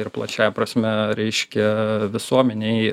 ir plačiąja prasme reiškia visuomenei